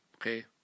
Okay